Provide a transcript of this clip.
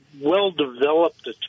well-developed